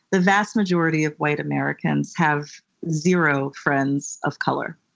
the vast majority of white americans have zero friends of color.